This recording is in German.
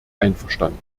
einverstanden